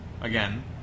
again